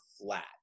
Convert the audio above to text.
flat